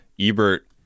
ebert